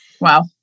Wow